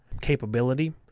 capability